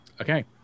Okay